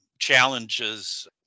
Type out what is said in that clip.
challenges